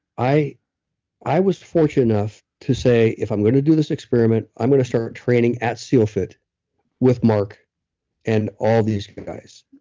i i was fortunate enough to say, if i'm going to do this experiment, i'm going to start training at sealfit with mark and all these guys.